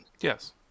Yes